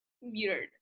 weird